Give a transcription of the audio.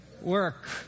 work